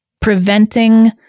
preventing